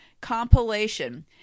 compilation